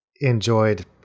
enjoyed